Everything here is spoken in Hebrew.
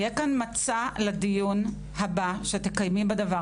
יהיה כאן מצע לדיון הבא שתקיימי בנושא